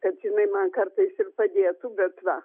kad jinai man kartais ir padėtų bet va